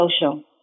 Social